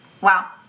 Wow